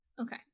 Okay